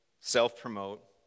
self-promote